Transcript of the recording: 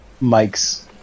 Mike's